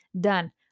done